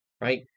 right